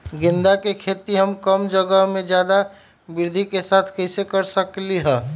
गेंदा के खेती हम कम जगह में ज्यादा वृद्धि के साथ कैसे कर सकली ह?